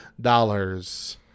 dollars